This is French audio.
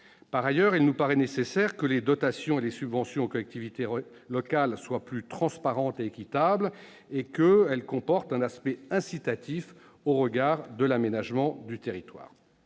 En outre, il nous paraît nécessaire que les dotations et subventions aux collectivités territoriales soient plus transparentes et équitables, et qu'elles comportent un aspect incitatif au regard de l'aménagement du territoire.